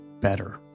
better